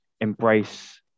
embrace